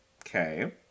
Okay